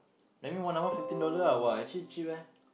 that mean one hour fifteen dollar ah !wah! actually cheap eh